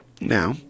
now